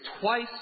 twice